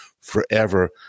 forever